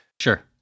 Sure